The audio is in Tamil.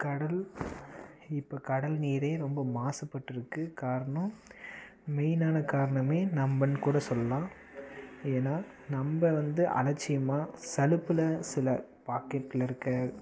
கடல் இப்போ கடல் நீர் ரொம்ப மாசுபட்டுருக்கு காரணம் மெய்னான காரணம் நம்மன்னு கூட சொல்லலாம் ஏன்னா நம்ம வந்து அலச்சியமாக சலுப்பில் சில பாக்கெட்டில் இருக்க